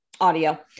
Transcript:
audio